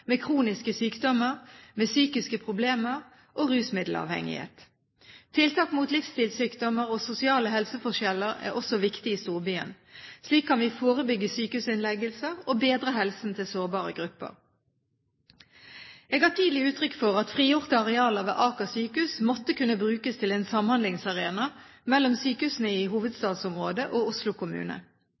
med kroniske sykdommer, med psykiske problemer og med rusmiddelavhengighet. Tiltak mot livsstilssykdommer og sosiale helseforskjeller er også viktig i storbyen. Slik kan vi forebygge sykehusinnleggelser og bedre helsen til sårbare grupper. Jeg ga tidlig uttrykk for at frigjorte arealer ved Aker sykehus måtte kunne brukes til en samhandlingsarena mellom sykehusene i hovedstadsområdet og Oslo kommune.